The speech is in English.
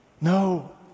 No